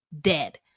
dead